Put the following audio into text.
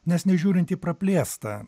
nes nežiūrint į praplėstą